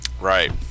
right